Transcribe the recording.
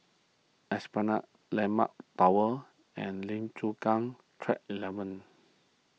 Esplanade Landmark Tower and Lim Chu Kang Track eleven